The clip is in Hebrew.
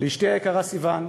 לאשתי היקרה סיון,